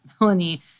Melanie